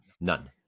none